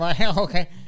okay